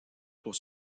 pour